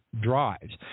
drives